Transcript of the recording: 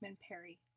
Perry